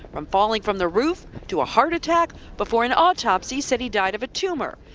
from falling from the roof to a heart attack before an autopsy said he died of a tumor.